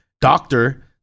doctor